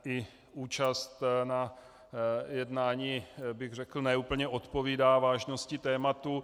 I účast na jednání, řekl bych, ne úplně odpovídá vážnosti tématu.